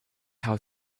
how